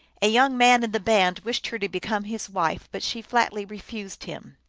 a young man in the band wished her to become his wife, but she flatly refused him.